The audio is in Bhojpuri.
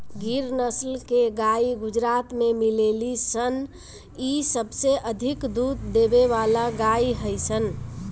गिर नसल के गाई गुजरात में मिलेली सन इ सबसे अधिक दूध देवे वाला गाई हई सन